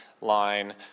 line